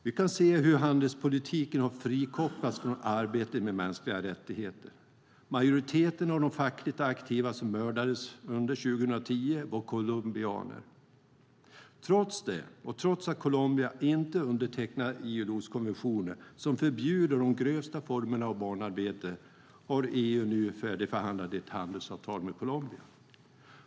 Vi kan se hur handelspolitiken har frikopplats från arbetet med mänskliga rättigheter. Majoriteten av de fackligt aktiva som mördades under 2010 var colombianer. Trots det, och trots att Colombia inte undertecknat ILO:s konvention som förbjuder de grövsta formerna av barnarbete, har EU nu färdigförhandlat ett handelsavtal med Colombia.